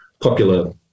popular